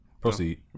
proceed